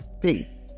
Peace